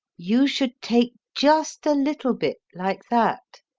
you should take just a little bit, like that.